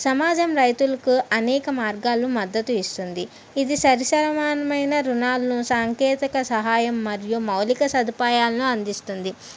సమాజం రైతులకు అనేక మార్గాల్లో మద్దతు ఇస్తుంది ఇది సరి సమానమైన రుణాలను సాంకేతిక సహాయం మరియు మౌలిక సదుపాయాలను అందిస్తుంది